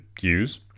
use